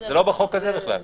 זה לא בחוק הזה בכלל.